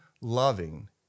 loving